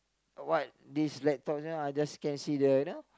what this laptop you know I just can see the you know